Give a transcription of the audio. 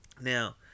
Now